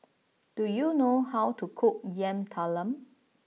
do you know how to cook Yam Talam